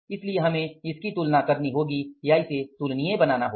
इसलिए हमें इसकी तुलना करनी होगी या तुलनीय बनाना होगा